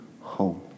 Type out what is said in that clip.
home